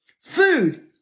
Food